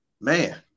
Man